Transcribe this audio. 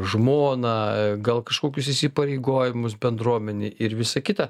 žmoną gal kažkokius įsipareigojimus bendruomenėj ir visa kita